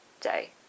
day